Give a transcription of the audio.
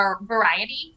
variety